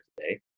today